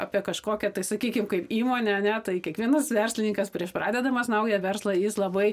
apie kažkokią tai sakykim kaip įmonę ane tai kiekvienas verslininkas prieš pradedamas naują verslą jis labai